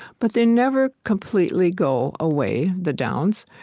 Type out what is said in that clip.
but they never completely go away, the downs,